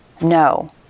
No